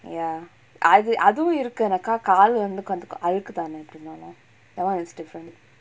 ya அது அதுவும் இருக்கு நாக்கா காலு வந்து கொந்த அழுக்குதான எப்டினாலும்:athu athuvum irukku naakkaa kaalu vanthu kontha alukkuthaana epdinaalum that one is different